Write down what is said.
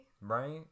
Right